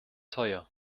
teuer